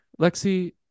Lexi